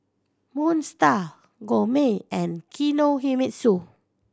Moon Star Gourmet and Kinohimitsu